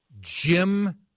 Jim